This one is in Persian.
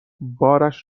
بارش